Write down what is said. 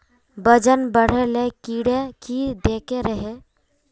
वजन बढे ले कीड़े की देके रहे?